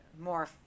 more